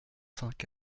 cinq